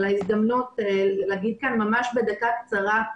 על ההזדמנות להגיד כאן ממש בדקה קצרה,